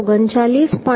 88 ભાગ્યા 189